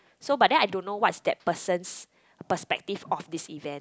so but then I don't know what's that person's perspective of this event